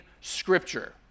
scripture